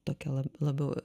tokia la labiau